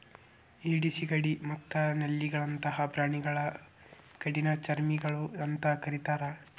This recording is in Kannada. ಏಡಿ, ಸಿಗಡಿ ಮತ್ತ ನಳ್ಳಿಗಳಂತ ಪ್ರಾಣಿಗಳನ್ನ ಕಠಿಣಚರ್ಮಿಗಳು ಅಂತ ಕರೇತಾರ